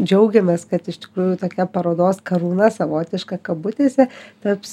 džiaugiamės kad iš tikrųjų tokia parodos karūna savotiška kabutėse taps